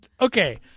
okay